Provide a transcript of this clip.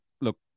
look